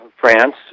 France